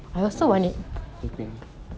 nice teh peng